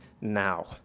now